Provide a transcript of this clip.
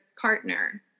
partner